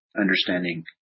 understanding